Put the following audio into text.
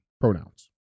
pronouns